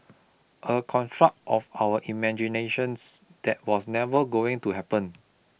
a construct of our imaginations that was never going to happen